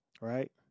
right